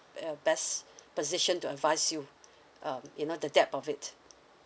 uh best position to advise you um you know the depth of it